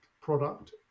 product